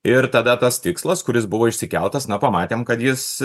ir tada tas tikslas kuris buvo išsikeltas na pamatėm kad jis